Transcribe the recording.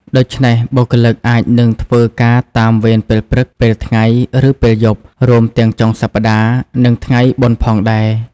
ដូច្នេះ បុគ្គលិកអាចនឹងធ្វើការតាមវេនពេលព្រឹក ពេលថ្ងៃ ឬពេលយប់ រួមទាំងចុងសប្ដាហ៍ និងថ្ងៃបុណ្យផងដែរ។